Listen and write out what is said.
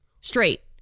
Straight